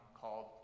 called